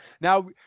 Now